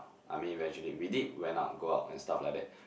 I mean eventually we did went out go out and stuff like that